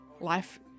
life